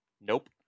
Nope